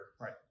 Right